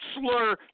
slur